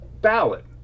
ballot